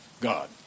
God